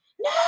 no